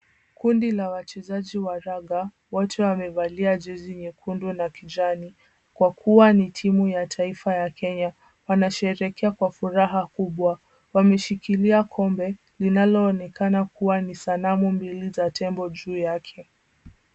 Kundi la wachezaji wa raga, wote wamevalia jezi nyekundu na kijani kwa kuwa ni timu ya taifa ya Kenya. Wanasherehekea kwa furaha kubwa. Wameshikilia kombe linaloonekana kuwa ni sanamu mbili za tembo juu yake.